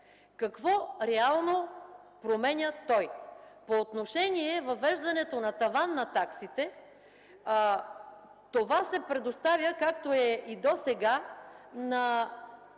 какво реално променя той? По отношение въвеждането на таван на таксите, това се предоставя, както и досега, на